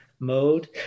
mode